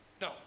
no